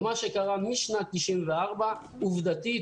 מה שקרה משנת 94 עובדתית,